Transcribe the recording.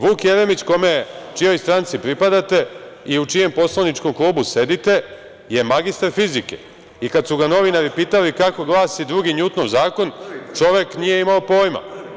Vuk Jeremić, čijoj stranci pripadate i u čijem poslaničkom klubu sedite, je magistar fizike, i kada su ga novinari pitali kako glasi II Njutnov zakon, čovek nije imao pojma.